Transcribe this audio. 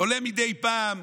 עולה מדי פעם,